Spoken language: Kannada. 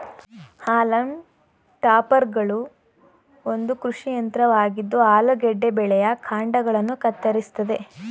ಹಾಲಮ್ ಟಾಪರ್ಗಳು ಒಂದು ಕೃಷಿ ಯಂತ್ರವಾಗಿದ್ದು ಆಲೂಗೆಡ್ಡೆ ಬೆಳೆಯ ಕಾಂಡಗಳನ್ನ ಕತ್ತರಿಸ್ತದೆ